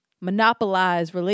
monopolize